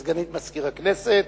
תודה לסגנית מזכיר הכנסת.